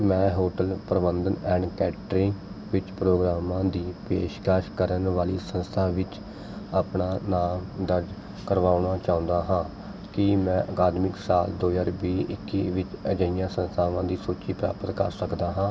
ਮੈਂ ਹੋਟਲ ਪ੍ਰਬੰਧਨ and catering ਵਿੱਚ ਪ੍ਰੋਗਰਾਮਾਂ ਦੀ ਪੇਸ਼ਕਸ਼ ਕਰਨ ਵਾਲੀ ਸੰਸਥਾ ਵਿੱਚ ਆਪਣਾ ਨਾਮ ਦਰਜ ਕਰਵਾਉਣਾ ਚਾਹੁੰਦਾ ਹਾਂ ਕੀ ਮੈਂ ਅਕਾਦਮਿਕ ਸਾਲ ਦੋ ਹਜ਼ਾਰ ਵੀਹ ਇੱਕੀ ਵਿੱਚ ਅਜਿਹੀਆਂ ਸੰਸਥਾਵਾਂ ਦੀ ਸੂਚੀ ਪ੍ਰਾਪਤ ਕਰ ਸਕਦਾ ਹਾਂ